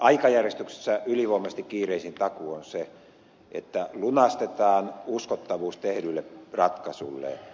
aikajärjestyksessä ylivoimaisesti kiireisin takuu on se että lunastetaan uskottavuus tehdylle ratkaisulle